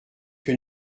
que